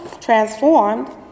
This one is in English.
transformed